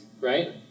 right